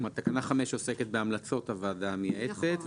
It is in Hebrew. תקנה 5 עוסקת בהמלצות הוועדה המייעצת.